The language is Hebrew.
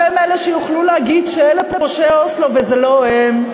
והם אלה שיוכלו להגיד שאלה פושעי אוסלו וזה לא הם.